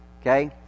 okay